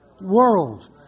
world